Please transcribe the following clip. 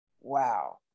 Wow